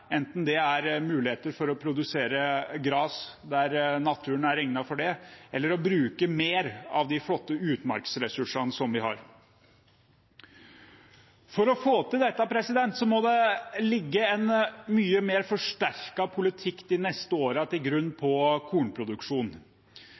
enten det er muligheter for å produsere gras der naturen er egnet for det, eller det er å bruke mer av de flotte utmarksressursene vi har. For å få til dette må det de neste årene ligge en mye mer forsterket politikk til grunn